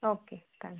okay thanks